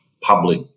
public